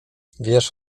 wiesz